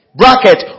bracket